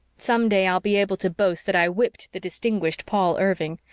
some day i'll be able to boast that i whipped the distinguished paul irving.